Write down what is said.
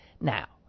Now